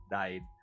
died